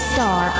Star